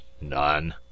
None